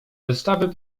wystawy